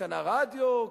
קנה רדיו,